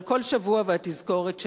אבל כל שבוע והתזכורת שלו.